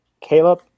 Caleb